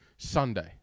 Sunday